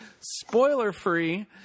spoiler-free